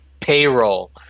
payroll